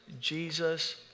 Jesus